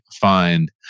find